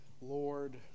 Lord